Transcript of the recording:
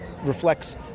reflects